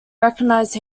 recognised